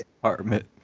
apartment